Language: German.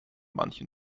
manchen